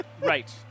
Right